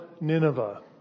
Nineveh